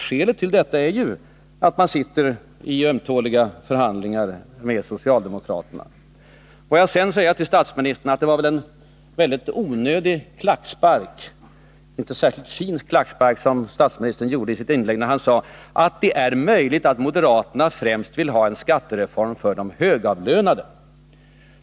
Skälet till detta är ju att man sitter i ömtåliga förhandlingar med socialdemokraterna. Får jag sedan säga till statsministern att det väl var en onödig klackspark — och en inte särskilt fin klackspark — som statsministern gav i sitt inlägg när han sade att det är möjligt att moderaterna främst vill ha en skattereform för de högavlönade.